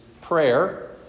prayer